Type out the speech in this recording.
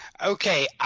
Okay